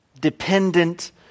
dependent